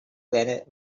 planet